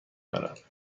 دارد